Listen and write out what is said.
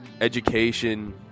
education